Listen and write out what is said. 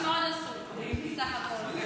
איש מאוד עסוק בסך הכול.